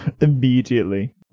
Immediately